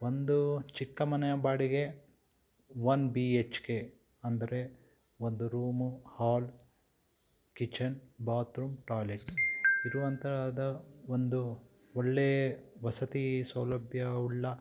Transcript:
ಒಂದು ಚಿಕ್ಕ ಮನೆಯ ಬಾಡಿಗೆ ಒನ್ ಬಿ ಎಚ್ ಕೆ ಅಂದರೆ ಒಂದು room hall kitchen bathroom toilet ಇರುವಂಥ ದ ಒಂದು ಒಳ್ಳೆ ವಸತಿ ಸೌಲಭ್ಯ ಉಳ್ಳ